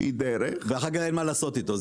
שהיא דרך -- ואחר כך אין מה לעשות איתו.